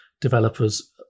developers